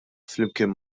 flimkien